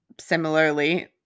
similarly